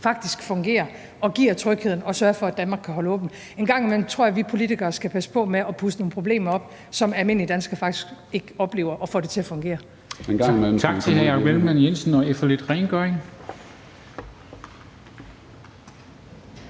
faktisk fungerer og giver trygheden og sørger for, at Danmark kan holde åbent. En gang imellem tror jeg, at vi politikere skal passe på med at puste nogle problemer op, som almindelige danskere faktisk ikke oplever, men hvor de får det til at fungere.